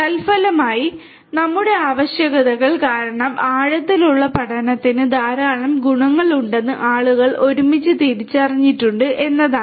തൽഫലമായി നമ്മുടെ ആവശ്യകതകൾ കാരണം ആഴത്തിലുള്ള പഠനത്തിന് ധാരാളം ഗുണങ്ങളുണ്ടെന്ന് ആളുകൾ ഒരുമിച്ച് തിരിച്ചറിഞ്ഞിട്ടുണ്ട് എന്നതാണ്